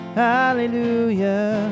hallelujah